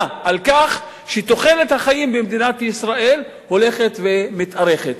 על כך שתוחלת החיים במדינת ישראל הולכת ומתארכת,